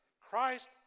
Christ